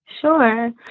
Sure